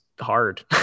hard